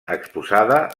exposada